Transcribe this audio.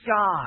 God